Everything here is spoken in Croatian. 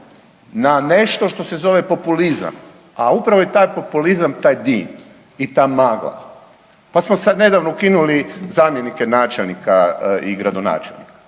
na nešto što se zove populizam, a upravo je taj populizam taj dim i ta magla. Pa smo sad nedavno ukinuli zamjenike načelnika i gradonačelnika,